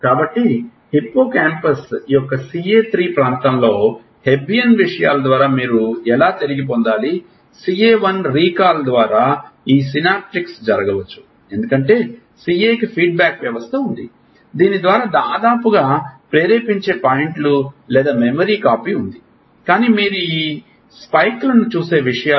కాబట్టి హిప్పోకాంపస్ యొక్క CA3 ప్రాంతంలో హెబ్బియన్ విషయాల ద్వారా మీరు ఎలా తిరిగి పొందాలి CA1 రీకాల్ ద్వారా ఈ సినాప్టిక్స్ జరగవచ్చు ఎందుకంటే CA కి ఫీడ్బ్యాక్ వ్యవస్థ ఉంది దీని ద్వారా దాదాపుగా ప్రేరేపించే పాయింట్లు లేదా మెమరీ కాపీ ఉంది కానీ మీరు ఈ స్పైక్లను చూసే విషయాలు